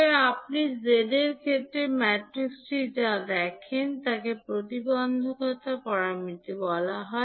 সুতরাং আপনি 𝐳 এর ক্ষেত্রে ম্যাট্রিক্সটি যা দেখেন তাকে প্রতিবন্ধকতা প্যারামিটার বলা হয়